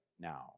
now